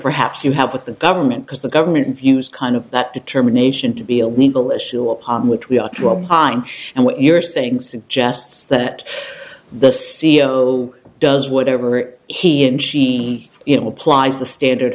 perhaps you have with the government because the government views kind of that determination to be a legal issue upon which we all draw a line and what you're saying suggests that the c e o does whatever he in she you know applies the standard